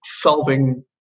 solving